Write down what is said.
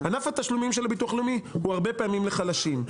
ענף התשלומים של הביטוח הלאומי הוא הרבה פעמים לחלשים.